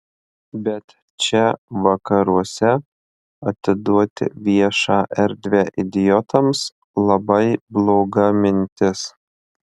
bet čia vakaruose atiduoti viešą erdvę idiotams labai bloga mintis